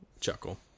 chuckle